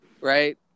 right